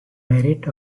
merit